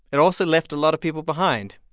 it also left a lot of people behind.